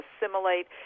assimilate